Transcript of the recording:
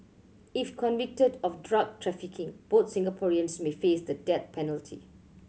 if convicted of drug trafficking both Singaporeans may face the death penalty